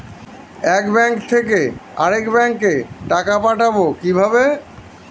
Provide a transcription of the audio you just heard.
এক ব্যাংক থেকে আরেক ব্যাংকে টাকা পাঠাবো কিভাবে?